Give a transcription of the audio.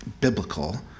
biblical